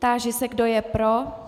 Táži se, kdo je pro.